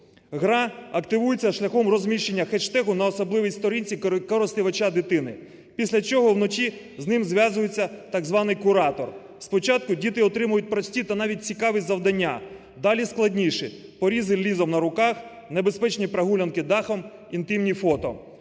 Гра активується шляхом розміщення хештегу на особливій сторінці користувача дитини, після чого вночі з ним зв'язується так званий куратор. Спочатку діти отримують прості та навіть цікаві завдання, далі – складніші: порізи лезом на руках, небезпечні прогулянки дахом, інтимні фото.